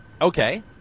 okay